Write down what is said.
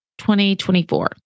2024